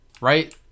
right